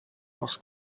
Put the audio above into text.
was